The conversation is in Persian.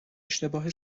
اشتباه